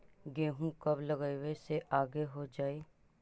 गेहूं कब लगावे से आगे हो जाई?